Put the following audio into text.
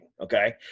okay